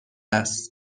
است